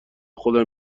خودم